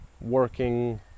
working